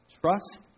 Trust